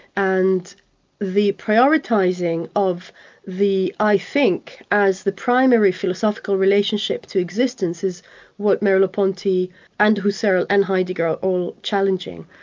and the prioritising of the i think, as the primary philosophical relationship to existence is what merleau-ponty and husserl and heidegger are all challenging.